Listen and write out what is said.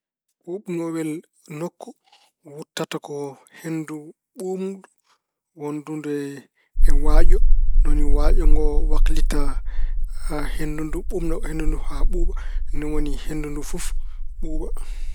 Ɓuuɓnowel nokku wuttata ko henndu ɓuuɓndu wonndu ndu e waaƴo. Ni woni waaƴo ngo waklita henndu ndu, ɓuuɓna henndu ndu haa ɓuuɓa. Ni woni henndu ndu fof ɓuuɓa.